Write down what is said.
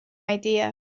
idea